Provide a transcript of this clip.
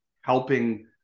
helping